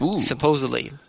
Supposedly